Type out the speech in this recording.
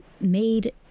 made